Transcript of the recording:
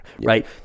right